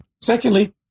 Secondly